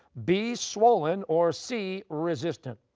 b, swollen, or c, resistant?